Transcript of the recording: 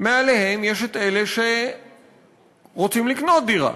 מעליהם ישנם אלה שרוצים לקנות דירה,